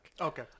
Okay